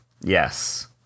Yes